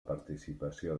participació